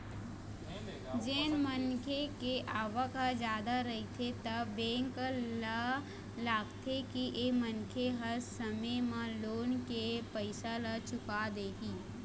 जेन मनखे के आवक ह जादा रहिथे त बेंक ल लागथे के ए मनखे ह समे म लोन के पइसा ल चुका देही